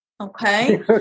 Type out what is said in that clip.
Okay